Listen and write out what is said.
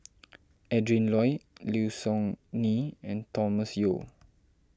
Adrin Loi Low Siew Nghee and Thomas Yeo